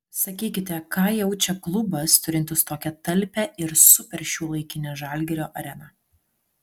sakykite ką jaučia klubas turintis tokią talpią ir superšiuolaikinę žalgirio areną